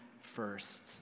first